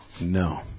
No